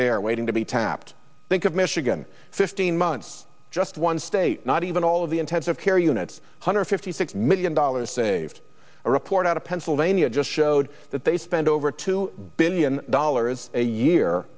there waiting to be tapped think of michigan fifteen months just one state not even all of the intensive care units hundred fifty six million dollars saved a report out of pennsylvania just showed that they spent over two billion dollars a year